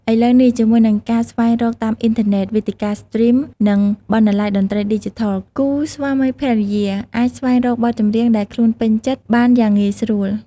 ឥឡូវនេះ ជាមួយនឹងការស្វែងរកតាមអ៊ីនធឺណេត វេទិកាស្ទ្រីម និងបណ្ណាល័យតន្ត្រីឌីជីថល គូស្វាមីភរិយាអាច ស្វែងរកបទចម្រៀងដែលខ្លួនពេញចិត្ត បានយ៉ាងងាយស្រួល។